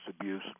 abuse